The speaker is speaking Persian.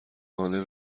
قانع